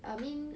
I mean